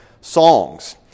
songs